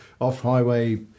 off-highway